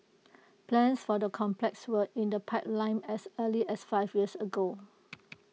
plans for the complex were in the pipeline as early as five years ago